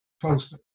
poster